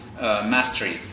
mastery